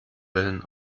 wellen